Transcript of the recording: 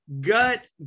Gut